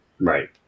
Right